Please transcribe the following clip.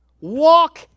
Walk